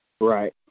Right